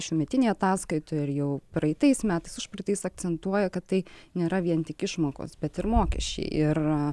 šiųmetinėje ataskaitoje ir jau praeitais metais užpraeitais akcentuoja kad tai nėra vien tik išmokos bet ir mokesčiai ir